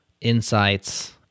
insights